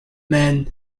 men